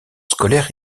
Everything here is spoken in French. scolaire